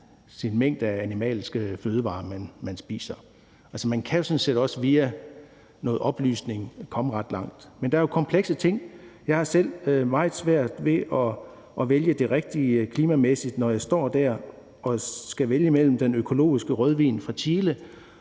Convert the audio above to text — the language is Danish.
mængden af animalske fødevarer, som man spiser. Altså, man kan jo sådan set også via noget oplysning komme ret langt. Men det er jo komplekst. Jeg har selv meget svært ved at vælge det klimamæssigt rigtige, når jeg står der og skal vælge mellem den økologiske rødvin fra Chile